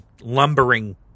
lumbering